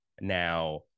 Now